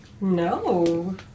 No